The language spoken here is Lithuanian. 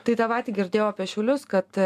tai tą patį girdėjau apie šiaulius kad